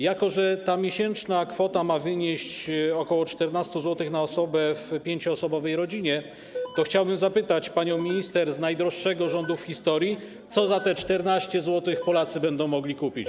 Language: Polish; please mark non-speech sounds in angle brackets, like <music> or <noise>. Jako że miesięczna kwota ma wynieść ok. 14 zł na osobę w 5-osobowej rodzinie, <noise> to chciałbym zapytać panią minister z najdroższego rządu w historii, co za te 14 zł Polacy będą mogli kupić.